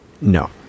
No